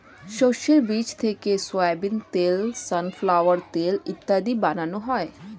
শস্যের বীজ থেকে সোয়াবিন তেল, সানফ্লাওয়ার তেল ইত্যাদি বানানো হয়